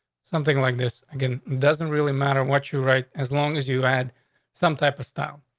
something like this again doesn't really matter what you write, as long as you had some type of style.